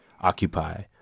occupy